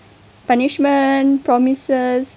punishment promises